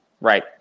right